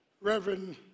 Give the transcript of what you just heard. Reverend